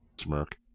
smirk